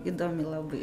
įdomi labai